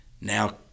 Now